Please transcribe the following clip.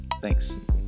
Thanks